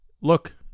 look